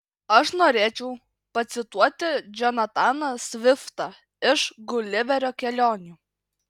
aš norėčiau pacituoti džonataną sviftą iš guliverio kelionių